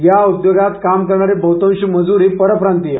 या उद्योगात काम करणारे बहुतांश मजूर हे परप्रांतीय